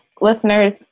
Listeners